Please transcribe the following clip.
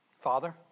Father